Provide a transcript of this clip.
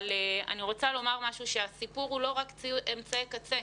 אני רוצה לומר שהסיפור הוא לא רק אמצעי קצה.